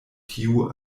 tiu